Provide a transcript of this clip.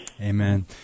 Amen